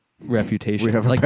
reputation